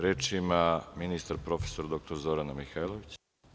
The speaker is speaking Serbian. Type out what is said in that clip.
Reč ima ministar, prof. dr Zorana Mihajlović.